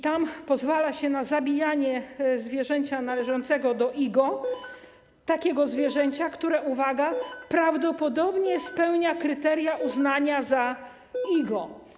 Tam pozwala się na zabijanie zwierzęcia należącego do IGO, takiego zwierzęcia, które, uwaga: prawdopodobnie spełnia kryteria uznania za IGO.